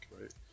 right